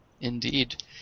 Indeed